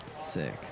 Sick